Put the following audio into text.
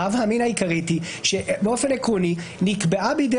ה-הווא אמינא העיקרית היא שבאופן עקרוני נקבעה בידי